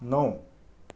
नौ